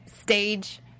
stage